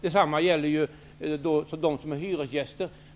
Detsamma gäller dem som är hyresgäster.